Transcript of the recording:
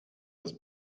das